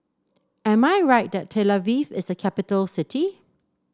am I right that Tel Aviv is a capital city